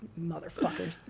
Motherfuckers